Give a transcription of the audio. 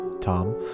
Tom